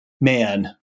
man